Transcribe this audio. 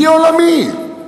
שיא עולמי.